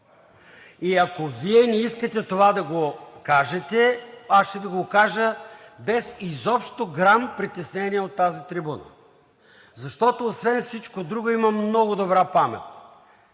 И ако Вие не искате това да го кажете, аз ще Ви го кажа без изобщо грам притеснение от тази трибуна. Защото, освен всичко друго, имам много добра памет.